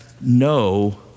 no